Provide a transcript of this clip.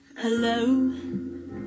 Hello